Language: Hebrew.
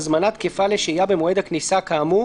הזמנה תקפה לשהייה במועד הכניסה כאמור